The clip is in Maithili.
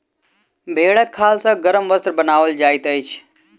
भेंड़क खाल सॅ गरम वस्त्र बनाओल जाइत अछि